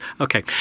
okay